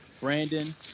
Brandon